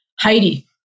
Heidi